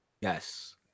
yes